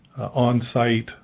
on-site